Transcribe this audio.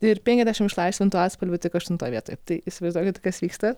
ir penkiasdešim išlaisvintų atspalvių tik aštuntoj vietoj tai įsivaizduokit kas vyksta